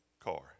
car